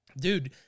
dude